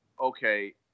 okay